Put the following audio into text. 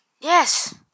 Yes